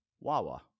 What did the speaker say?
Wawa